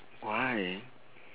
why